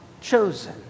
chosen